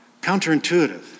Counterintuitive